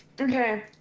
Okay